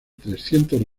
trescientos